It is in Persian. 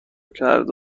کرد